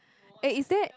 eh is that